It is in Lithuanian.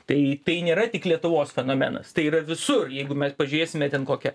tai tai nėra tik lietuvos fenomenas tai yra visur jeigu mes pažiūrėsime ten kokią